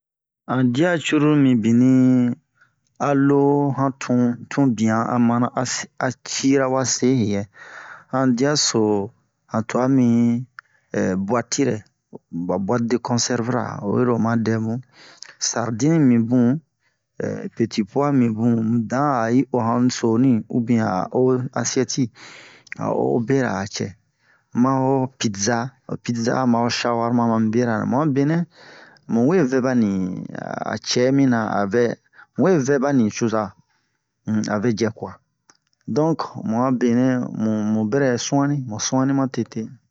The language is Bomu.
han diya curulu mibin a lo han tun tun biyan a mana a se a cira wase heyɛ han diya so han twa min buwatirɛ ɓa buwati-de-konsɛrvura oyiro oma dɛmu sardini mi bun peti puwa mi bun mu dan a i o han ubiyɛn a o asiyɛti a o o bera a cɛ ma ho pideza ho pideza ma ho shawarma mamu bera-nɛ mu a benɛ mu we vɛ ɓa ni a cɛ mina a vɛ mu we vɛ ɓa nucoza um a vɛ jɛ kuwa donk mu a benɛ mu mu bɛrɛ sun'anni mu sun'anni matete